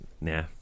Nah